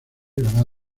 grabado